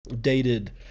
dated